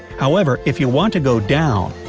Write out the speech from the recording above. however, if you want to go down,